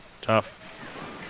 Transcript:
Tough